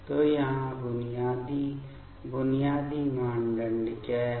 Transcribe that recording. तो यहाँ बुनियादी बुनियादी मानदंड क्या है